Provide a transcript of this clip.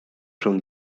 from